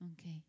Okay